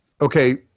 okay